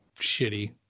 shitty